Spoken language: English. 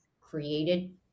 created